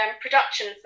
production